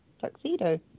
tuxedo